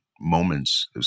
moments